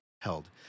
held